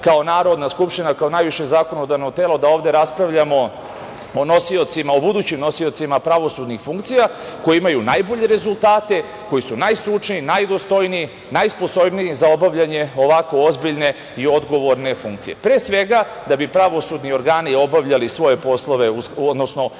kao Narodna skupština, kao najviše zakonodavno telo da ovde raspravljamo o nosiocima, o budućim nosiocima pravosudnih funkcija koji imaju najbolje rezultate, koji su najstručniji, najdostojniji, najsposobniji za obavljanje ovako ozbiljne i odgovorne funkcije, pre svega da bi pravosudni organi obavljali svoje poslove, odnosno